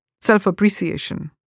self-appreciation